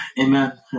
Amen